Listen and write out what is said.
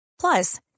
Plus